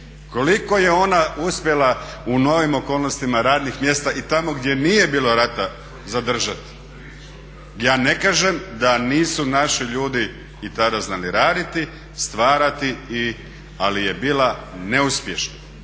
Koliko je ona uspjela u novim okolnostima radnih mjesta i tamo gdje nije bilo rata zadržati? Ja ne kažem da nisu naši ljudi i tada znali raditi, stvarati ali je bilo neuspješno.